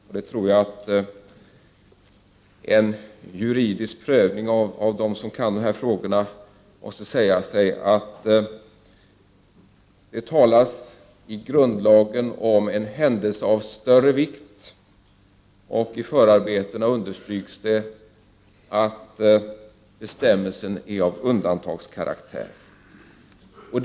Vid en juridisk prövning av dessa frågor måste det framgå att det i grundlagen talas om en händelse av större vikt. I förarbetena till lagen understryks att bestämmelsen är av undantagskarak tär.